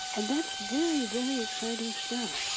and that's very, very exciting stuff.